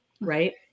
Right